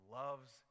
loves